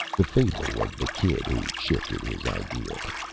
the fable of the kid who shifted his ideal